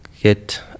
get